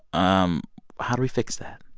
um how do we fix that?